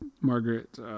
Margaret